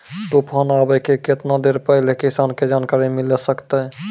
तूफान आबय के केतना देर पहिले किसान के जानकारी मिले सकते?